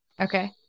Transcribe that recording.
Okay